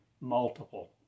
multiple